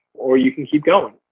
or you can keep going.